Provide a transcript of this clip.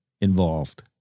involved